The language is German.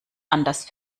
anders